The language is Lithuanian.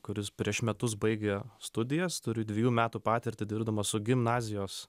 kuris prieš metus baigė studijas turi dviejų metų patirtį dirbdamas su gimnazijos